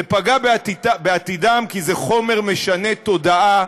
זה פגע בעתידם כי זה חומר משנה תודעה,